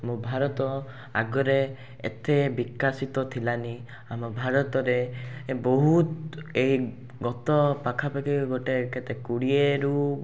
ମୋ ଭାରତ ଆଗରେ ଏତେ ଵିକଶିତ ଥିଲାନି ଆମ ଭାରତରେ ଏ ବହୁତ ଏ ଗତ ପାଖାପାଖି ଗୋଟେ କେତେ କୋଡ଼ିଏରୁ